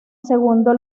segundo